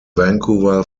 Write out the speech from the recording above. vancouver